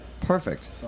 perfect